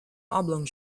oblong